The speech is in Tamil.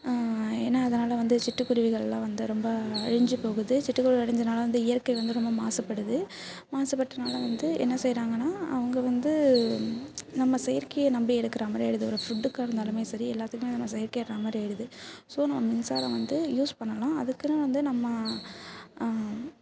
ஏன்னால் அதனால் வந்து சிட்டுக்குருவிகள்லாம் வந்து ரொம்ப அழிஞ்சு போகுது சிட்டுக்குருவி அழிஞ்சதுனால வந்து இயற்கை வந்து ரொம்ப மாசுபடுது மாசுபட்டதுனால வந்து என்ன செய்றாங்கன்னால் அவங்க வந்து நம்ம செயற்கையை நம்பி இருக்கிற மாதிரி ஆகிடுது ஒரு ஃபுட்டுக்காக இருந்தாலுமே சரி எல்லாத்துக்குமே நம்ம செயற்கையாக ஆகிற மாதிரி ஆகிடுது ஸோ நம்ம மின்சாரம் வந்து யூஸ் பண்ணலாம் அதுக்குன்னு வந்து நம்ம